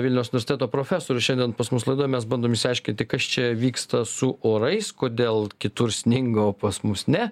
vilniaus universiteto profesorius šiandien pas mus laidoj mes bandom išsiaiškinti kas čia vyksta su orais kodėl kitur sninga o pas mus ne